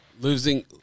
losing